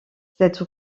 cette